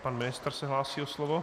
Pan ministr se hlásí o slovo.